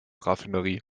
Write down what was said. raffinerie